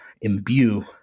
imbue